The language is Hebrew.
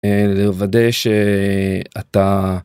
לוודא שאתה